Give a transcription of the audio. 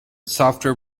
software